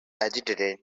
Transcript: agitated